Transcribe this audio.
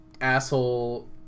Asshole